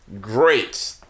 great